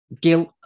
guilt